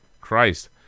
Christ